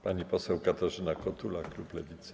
Pani poseł Katarzyna Kotula, klub Lewicy.